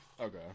Okay